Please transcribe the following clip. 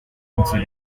into